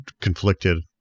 conflicted